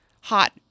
hot